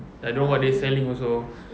I don't know what they selling also